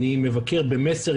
אני מבקר ב'מסר',